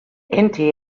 inti